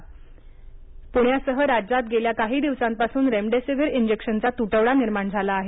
पूण्यासह राज्यात गेल्या काही दिवसांपासून रेमडेसिविर इंजेक्शनचा तुटवडा निर्माण झाला आहे